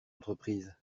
entreprise